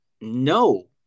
no